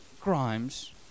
crimes